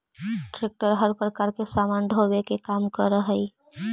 tractor हर प्रकार के सामान ढोवे के काम करऽ हई